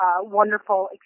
wonderful